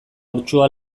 urtsua